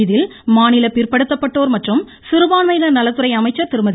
இதில் மாநில பிற்படுத்தப்பட்டோர் மற்றும் சிறுபான்மையினர் நலத்துறை அமைச்சர் திருமதி